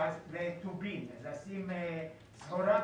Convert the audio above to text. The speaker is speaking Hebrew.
לשים סחורה.